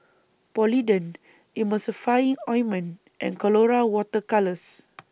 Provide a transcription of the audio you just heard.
Polident Ointment and Colora Water Colours